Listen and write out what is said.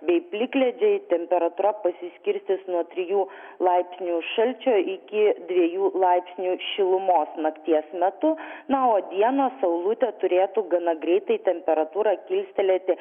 bei plikledžiai temperatūra pasiskirstys nuo trijų laipsnių šalčio iki dviejų laipsnių šilumos nakties metu na o dieną saulutė turėtų gana greitai temperatūrą kilstelėti